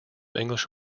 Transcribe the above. english